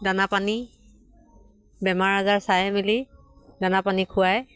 দানা পানী বেমাৰ আজাৰ চায় মেলি দানা পানী খুৱায়